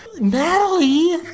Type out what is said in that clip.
Natalie